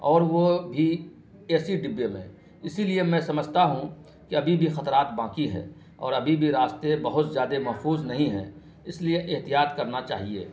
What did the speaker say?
اور وہ بھی اے سی ڈبے میں اسی لیے میں سمجھتا ہوں کہ ابھی بھی خطرات باقی ہے اور ابھی بھی راستے بہت زیادہ محفوظ نہیں ہیں اس لیے احتیاط کرنا چاہیے